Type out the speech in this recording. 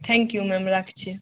thank you ma'am রাখছি